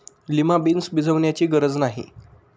lima beans भिजवण्याची गरज नाही